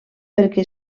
perquè